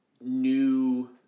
new